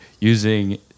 using